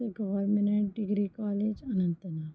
تہٕ government degree college Anant Nag